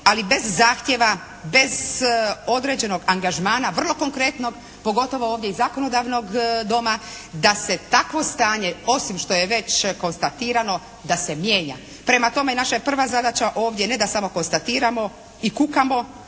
ali bez zahtjeva, bez određenog angažmana, vrlo konkretnog pogotovo ovdje i zakonodavnog Doma da se takvo stanje osim što je već konstatirano, da se mijenja. Prema tome, naša je prva zadaća ovdje ne da samo konstatiramo i kukamo,